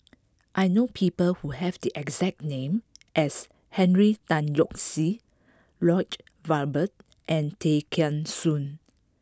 I know people who have the exact name as Henry Tan Yoke See Lloyd Valberg and Tay Kheng Soon